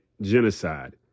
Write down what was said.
genocide